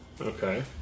Okay